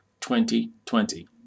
2020